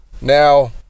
Now